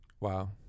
Wow